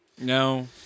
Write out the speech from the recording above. No